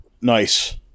Nice